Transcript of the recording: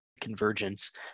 convergence